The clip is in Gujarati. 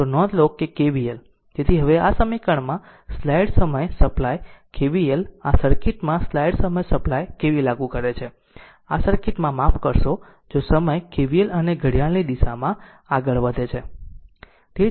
તો નોંધ લો કે KVL તેથી હવે આ સમીકરણમાં સ્લાઈડ સમયપ્લાય KVL આ સર્કિટમાં સ્લાઈડ સમય સપ્લાય KVL લાગુ કરે છે આ સર્કિટમાં માફ કરશો જો સમય KVL અને ઘડિયાળની દિશામાં આગળ વધે છે